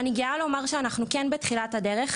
אני גאה לומר שאנחנו כן בתחילת הדרך,